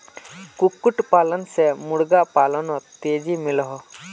कुक्कुट पालन से मुर्गा पालानोत तेज़ी मिलोहो